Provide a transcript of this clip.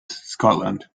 scotland